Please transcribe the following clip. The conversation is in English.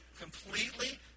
completely